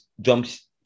jumps